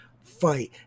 fight